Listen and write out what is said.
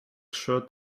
shirt